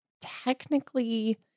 technically